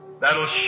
that'll